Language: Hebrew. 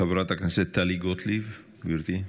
חברת הכנסת טלי גוטליב, גברתי.